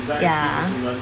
ya